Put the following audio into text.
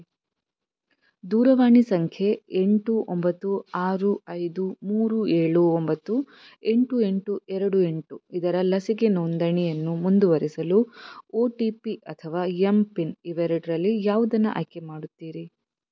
ದೂರವಾಣಿ ಸಂಖ್ಯೆ ಎಂಟು ಒಂಬತ್ತು ಆರು ಐದು ಮೂರು ಏಳು ಒಂಬತ್ತು ಎಂಟು ಎಂಟು ಎರಡು ಎಂಟು ಇದರ ಲಸಿಕೆ ನೋಂದಣಿಯನ್ನು ಮುಂದುವರಿಸಲು ಒ ಟಿ ಪಿ ಅಥವಾ ಎಂ ಪಿನ್ ಇವೆರಡರಲ್ಲಿ ಯಾವುದನ್ನು ಆಯ್ಕೆ ಮಾಡುತ್ತೀರಿ